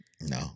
No